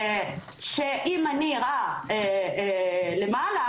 אם אני אירה למעלה,